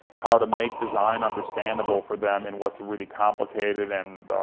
how to make design understandable for them and what's really complicated and